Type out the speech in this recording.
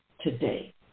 today